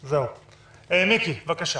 מיקי, בבקשה.